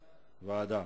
ועדה.